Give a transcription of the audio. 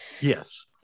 Yes